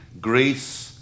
Greece